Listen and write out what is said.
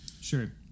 Sure